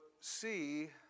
see